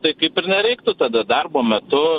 tai kaip ir nereiktų tada darbo metu